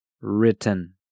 written